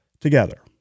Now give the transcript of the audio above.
Together